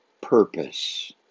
purpose